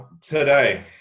Today